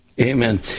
Amen